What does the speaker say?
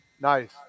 Nice